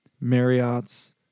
Marriott's